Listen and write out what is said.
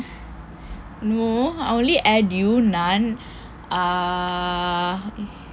no I only add you nun